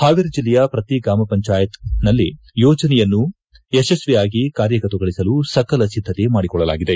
ಹಾವೇರಿ ಜಿಲ್ಲೆಯ ಪ್ರತಿ ಗ್ರಾಮ ಪಂಚಾಯತಿಯಲ್ಲಿ ಯೋಜನೆಯನ್ನು ಯಶಸ್ವಿಯಾಗಿ ಕಾರ್ಯಗತಗೊಳಿಸಲು ಸಕಲ ಸಿದ್ಧತೆ ಮಾಡಿಕೊಳ್ಳಲಾಗಿದೆ